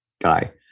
guy